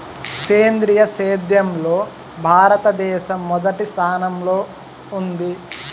సేంద్రీయ సేద్యంలో భారతదేశం మొదటి స్థానంలో ఉంది